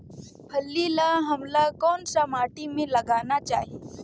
फल्ली ल हमला कौन सा माटी मे लगाना चाही?